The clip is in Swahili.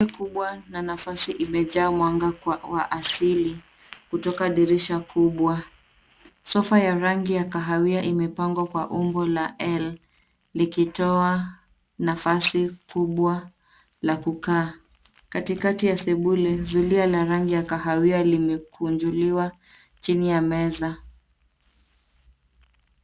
Eneo kubwa na nafasi imejaa mwanga wa asili kutoka dirisha kubwa. Sofa ya rangi ya kahawia imepangwa kwa umbo la L likitoa nafasi kubwa la kukaa. Katikati ya sebule, zulia la rangi ya kahawia limekunjuliwa chini ya meza.